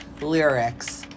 lyrics